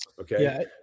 Okay